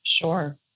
Sure